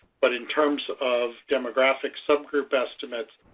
but in terms of demographic subgroup estimates